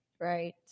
Right